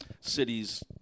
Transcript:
cities